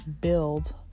build